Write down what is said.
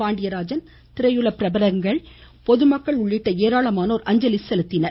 பாண்டியராஜன் திரையுலக பிரபலங்கள் பொதுமக்கள் உள்ளிட்ட ஏராளமானோர் அஞ்சலி செலுத்தினர்